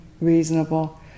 reasonable